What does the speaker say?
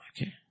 Okay